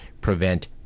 prevent